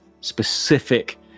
specific